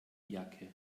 jacke